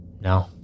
no